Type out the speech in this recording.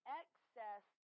excess